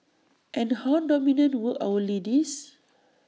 and how dominant were our ladies